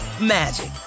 magic